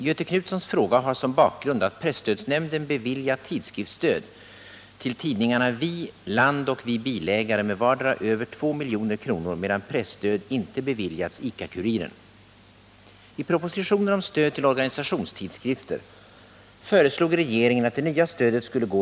Göthe Knutsons fråga har som bakgrund att presstödsnämnden beviljat tidskriftsstöd till tidningarna Vi, Land och Vi bilägare med vardera över 2 milj.kr., medan presstöd inte beviljats ICA-Kuriren.